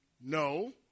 No